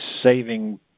saving